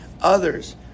others